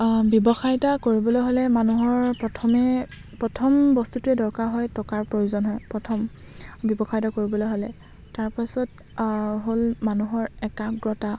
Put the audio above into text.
ব্যৱসায় এটা কৰিবলৈ হ'লে মানুহৰ প্ৰথমে প্ৰথম বস্তুটোৱে দৰকাৰ হয় টকাৰ প্ৰয়োজন হয় প্ৰথম ব্যৱসায় এটা কৰিবলৈ হ'লে তাৰপাছত হ'ল মানুহৰ একাগ্ৰতা